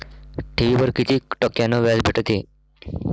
ठेवीवर कितीक टक्क्यान व्याज भेटते?